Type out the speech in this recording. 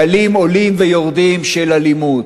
גלים עולים ויורדים של אלימות.